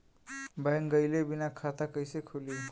Bank गइले बिना खाता कईसे खुली?